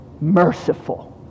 merciful